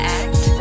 act